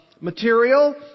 material